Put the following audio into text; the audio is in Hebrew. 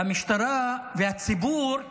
והציבור,